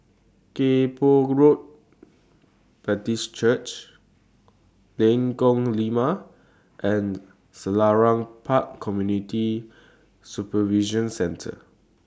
Kay Poh Road Baptist Church Lengkok Lima and Selarang Park Community Supervision Centre